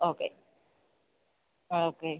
okay ആ okay